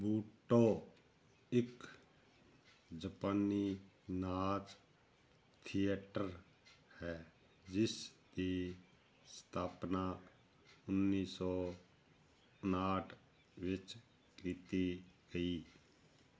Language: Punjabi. ਬੁਟੋਹ ਇੱਕ ਜਪਾਨੀ ਨਾਚ ਥੀਏਟਰ ਹੈ ਜਿਸਦੀ ਸਥਾਪਨਾ ਉੱਨੀ ਸੌ ਉਣਾਹਠ ਵਿੱਚ ਕੀਤੀ ਗਈ